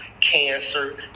cancer